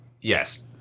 Yes